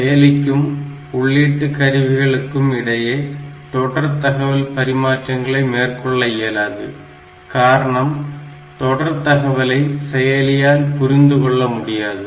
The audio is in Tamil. செயலிக்கும் உள்ளீட்டு கருவிகளுக்கிடையே தொடர் தகவல் பரிமாற்றங்களை மேற்கொள்ள இயலாது காரணம் தொடர் தகவலை செயலியால் புரிந்து கொள்ள முடியாது